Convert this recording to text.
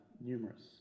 numerous